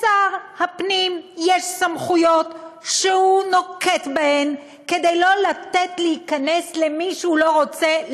לשר הפנים יש סמכויות שהוא נוקט כדי שלא לתת להיכנס למי שהוא לא רוצה,